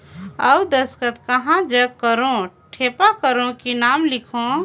अउ दस्खत कहा जग करो ठेपा करो कि नाम लिखो?